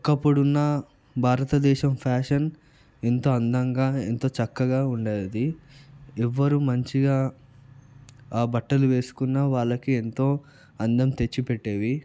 ఒకప్పుడున్న భారతదేశం ఫ్యాషన్ ఇంత అందంగా ఎంతో చక్కగా ఉండేది ఎవ్వరు మంచిగా బట్టలు వేసుకున్నా వాళ్ళకెంతో అందం తెచ్చి పెట్టేవి